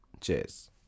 Cheers